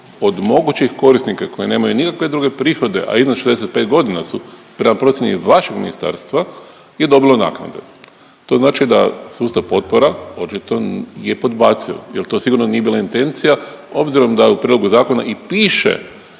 od mogućih korisnika koje nemaju nikakve druge prihode, a iznad 65 godina su, prema procjeni vašeg ministarstva je dobilo naknadu. To znači da sustav potpora očito je podbacio jel to sigurno nije bila intencija obzirom da u prijedlogu zakona i piše